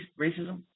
racism